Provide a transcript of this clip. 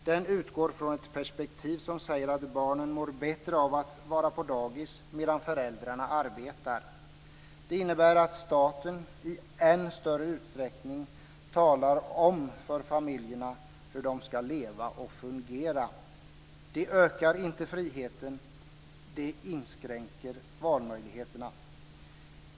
Den utgår från ett perspektiv som säger att barnen mår bättre av att vara på dagis medan föräldrarna arbetar. Den innebär att staten i än större utsträckning talar om för familjerna hur de ska leva och fungera. Den ökar inte friheten, den inskränker valmöjligheterna.